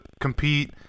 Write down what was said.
compete